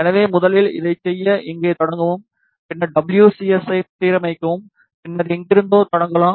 எனவே முதலில் இதைச் செய்ய இங்கே தொடங்கவும் பின்னர் டபுள்யூ சி எஸ் ஐ சீரமைக்கவும் பின்னர் எங்கிருந்தோ தொடங்கலாம்